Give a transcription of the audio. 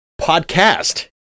podcast